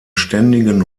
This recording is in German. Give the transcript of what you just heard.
ständigen